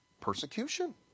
persecution